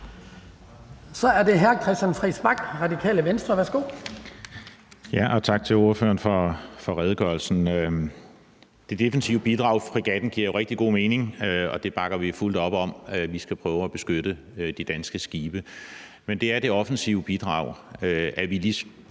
Så er det hr. Christian Friis Bach, Radikale Venstre. Værsgo. Kl. 09:14 Christian Friis Bach (RV): Tak til ordføreren for redegørelsen. Det defensive bidrag med fregatten giver jo rigtig god mening, og det bakker vi fuldt op om. Vi skal prøve at beskytte de danske skibe. Men det er det offensive bidrag, altså